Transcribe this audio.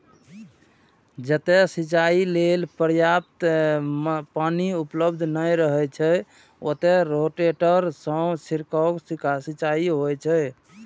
जतय सिंचाइ लेल पर्याप्त पानि उपलब्ध नै रहै छै, ओतय रोटेटर सं छिड़काव सिंचाइ होइ छै